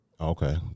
okay